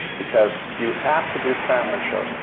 because you have to do family shows.